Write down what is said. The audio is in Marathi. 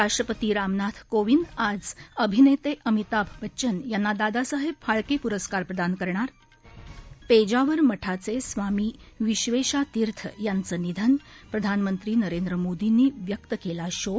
राष्ट्रपती रामनाथ कोविंद आज अभिनेते अमिताभ बच्चन यांना दादासाहेब फाळके पुरस्कार प्रदान करणार पेजावर मठाचे स्वामी विव्वेशा तीर्थ यांचं निधन प्रधानमंत्री नरेंद्र मोदींनी व्यक्त केला शोक